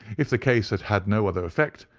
if the case has had no other effect,